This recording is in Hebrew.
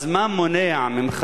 אז מה מונע ממך